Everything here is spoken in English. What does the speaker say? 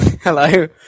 Hello